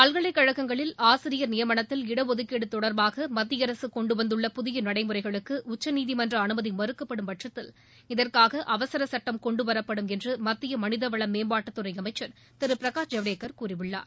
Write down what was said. பல்கலைக்கழகங்களில் ஆசிரியர் நியமனத்தில் இடஒதுக்கீடு தொடர்பாக மத்திய அரசு கொண்டுவந்துள்ள புதிய நடைமுறைகளுக்கு உச்சநீதிமன்றம் அனுமதி மறுக்கப்படும் பட்சத்தில் இதற்காக அவசர சுட்டம் கொண்டுவரப்படும் என்று மத்திய மனிதவள மேம்பாட்டுத் துறை அமைச்சர் திரு பிரகாஷ் ஜவ்டேகர் கூறியுள்ளார்